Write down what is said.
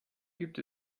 gibt